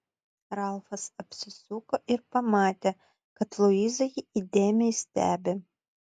ralfas apsisuko ir pamatė kad luiza jį įdėmiai stebi